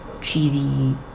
cheesy